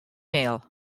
mail